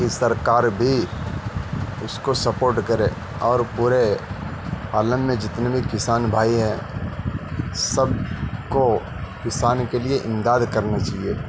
کہ سرکار بھی اس کو سپورٹ کرے اور پورے عالم میں جتنے میں کسان بھائی ہیں سب کو کسان کے لیے امداد کرنا چاہیے